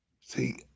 See